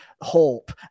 hope